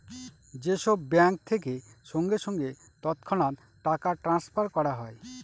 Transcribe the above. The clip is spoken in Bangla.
যে সব ব্যাঙ্ক থেকে সঙ্গে সঙ্গে তৎক্ষণাৎ টাকা ট্রাস্নফার করা হয়